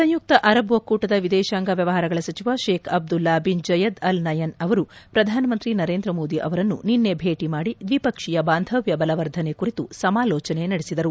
ಸಂಯುಕ್ತ Arab ಒಕ್ಕೂಟದ ವಿದೇಶಾಂಗ ವ್ಯವಹಾರಗಳ ಸಚಿವ Sheikh Abdullah bin Zayed Al Nahyan ಅವರು ಪ್ರಧಾನಮಂತ್ರಿ ನರೇಂದ್ರ ಮೋದಿ ಅವರನ್ನು ನಿನ್ನೆ ಭೇಟಿ ಮಾದಿ ದ್ವಿಪಕ್ಷೀಯ ಬಾಂಧವ್ಯ ಬಲವರ್ಧನೆ ಕುರಿತು ಸಮಾಲೋಚನೆ ನಡೆಸಿದರು